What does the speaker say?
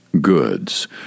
goods